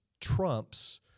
trumps